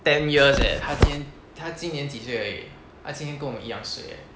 ten years eh 他今年他今年几岁而已他今年跟我们一样岁 eh